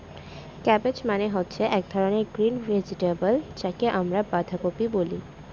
cabbage মানে হচ্ছে এক ধরনের গ্রিন ভেজিটেবল যাকে আমরা বাঁধাকপি বলে